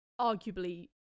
Arguably